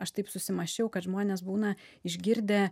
aš taip susimąsčiau kad žmonės būna išgirdę